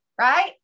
right